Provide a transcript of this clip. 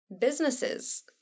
businesses